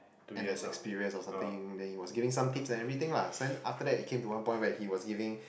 and as experience or something then he was giving some tips and everything lah then he came to one point when he was giving